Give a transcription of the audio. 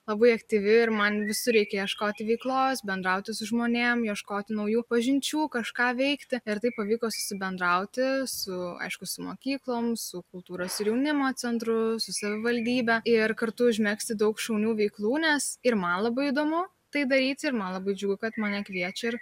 labai aktyvi ir man visur reikia ieškoti veiklos bendrauti su žmonėm ieškoti naujų pažinčių kažką veikti ir taip pavyko susibendrauti su aišku su mokyklom su kultūros ir jaunimo centru su savivaldybe ir kartu užmegzti daug šaunių veiklų nes ir man labai įdomu tai daryti ir man labai džiugu kad mane kviečia ir